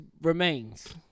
remains